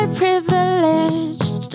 privileged